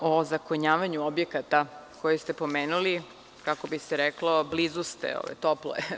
Zakon o ozakonjavanju objekata koje ste pomenuli, kako bi se reklo, blizu ste, toplo je.